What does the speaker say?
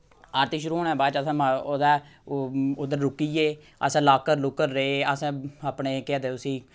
आरती शुरू होने दे बाद च असें मा ओह्दे ओह् उद्धर रुकी गे असें लाकर लुकर ले असें अपने केह् आखदे उसी